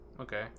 Okay